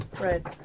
Right